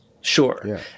sure